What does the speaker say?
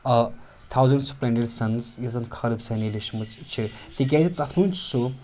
thousand splendid suns یُس زَن Khaled Hosseini لیٚچھمٕژ چھِ تِکیازِ تَتھ منٛز چھِ سُہ